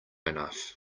enough